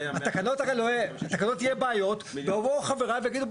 בתקנות יהיו בעיות ואז יבואו חבריי ויגידו,